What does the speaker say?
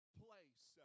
place